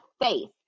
faith